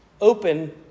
Open